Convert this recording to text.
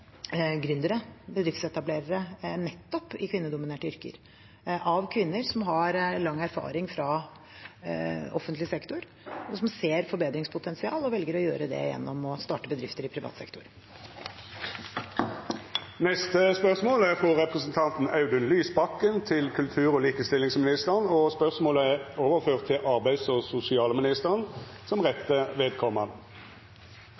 bedriftsetablerere, nettopp i kvinnedominerte yrker av kvinner som har lang erfaring fra offentlig sektor, som ser forbedringspotensial, og velger å gjøre det gjennom å starte bedrifter i privat sektor. Dette spørsmålet, frå representanten Audun Lysbakken til kultur- og likestillingsministeren, er overført til arbeids- og sosialministeren som